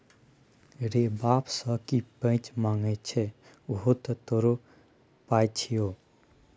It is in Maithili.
रे बाप सँ की पैंच मांगय छै उहो तँ तोरो पाय छियौ